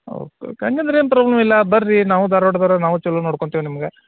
oak okay ಹಂಗಂದ್ರೆ ಏನು problem ಇಲ್ಲ ಬನ್ರಿ ನಾವೂ ಧಾರ್ವಾಡ್ದೋರು ನಾವು ಚಲೋ ನೋಡ್ಕೊಂತೀವಿ ನಿಮ್ಗೆ